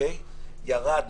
ירד,